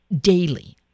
daily